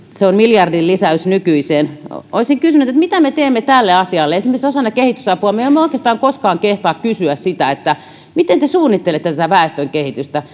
se on miljardin lisäys nykyiseen olisin kysynyt mitä me teemme tälle asialle esimerkiksi osana kehitysapua me emme oikeastaan koskaan kehtaa kysyä sitä miten he suunnittelevat tätä väestönkehitystä